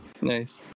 Nice